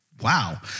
Wow